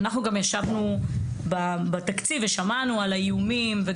ישבנו גם בתקציב ושמענו על האיומים.